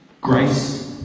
Grace